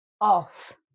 off